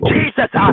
Jesus